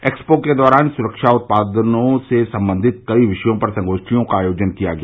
expo के दौरान सुरक्षा उत्पादनों से संबंधित कई विषयों पर संगोष्ठियों का आयोजन किया गया